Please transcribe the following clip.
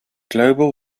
global